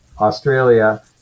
Australia